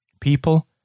People